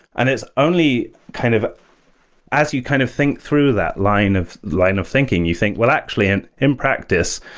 and it's only kind of as you kind of think through that line of line of thinking, you think, well, actually, and in practice,